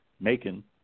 Macon